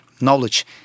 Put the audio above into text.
knowledge